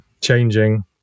changing